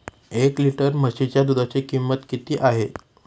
एक लिटर म्हशीच्या दुधाची किंमत किती आहे?